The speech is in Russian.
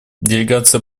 делегация